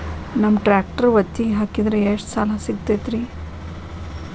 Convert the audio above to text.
ನಮ್ಮ ಟ್ರ್ಯಾಕ್ಟರ್ ಒತ್ತಿಗೆ ಹಾಕಿದ್ರ ಎಷ್ಟ ಸಾಲ ಸಿಗತೈತ್ರಿ?